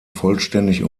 vollständig